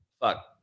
fuck